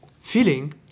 feeling